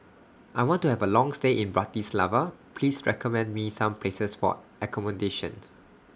I want to Have A Long stay in Bratislava Please recommend Me Some Places For accommodation